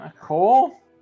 cool